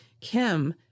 Kim